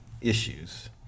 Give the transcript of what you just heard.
issues